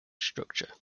structure